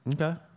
Okay